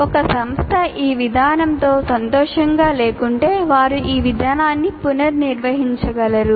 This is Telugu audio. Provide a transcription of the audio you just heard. ఒక సంస్థ ఈ విధానంతో సంతోషంగా లేకుంటే వారు ఈ విధానాన్ని పునర్నిర్వచించగలరు